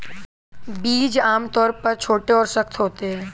बीज आमतौर पर छोटे और सख्त होते हैं